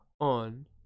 on